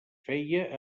feia